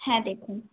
হ্যাঁ দেখুন